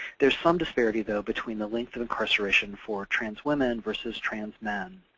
there's some disparity, though, between the length of incarceration for trans women versus trans men.